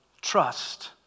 trust